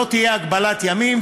לא תהיה הגבלת ימים,